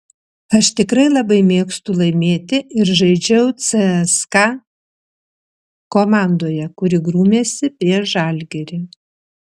aš tikrai labai mėgstu laimėti ir žaidžiau cska komandoje kuri grūmėsi prieš žalgirį